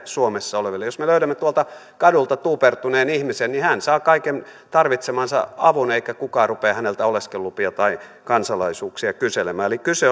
suomessa oleville jos me löydämme tuolta kadulta tuupertuneen ihmisen niin hän saa kaiken tarvitsemansa avun eikä kukaan rupea häneltä oleskelulupia tai kansalaisuuksia kyselemään eli kyse